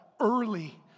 early